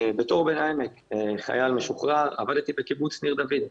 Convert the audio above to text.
כבן העמק, אני חייל משוחרר, עבדתי בקיבוץ ניר דוד.